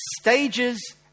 stages